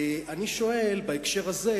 ואני שואל בהקשר הזה,